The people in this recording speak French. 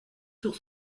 sur